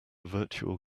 virtual